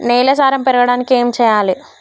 నేల సారం పెరగడానికి ఏం చేయాలి?